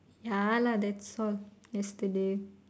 ya lah that's all yesterday